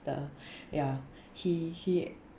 the ya he he